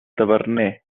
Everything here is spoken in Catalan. taverner